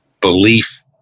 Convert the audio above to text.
belief